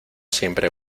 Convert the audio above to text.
siempre